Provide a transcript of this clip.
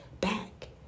back